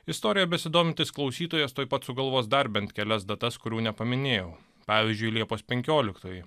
istorija besidomintis klausytojas tuoj pat sugalvos dar bent kelias datas kurių nepaminėjau pavyzdžiui liepos penkioliktoji